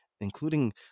including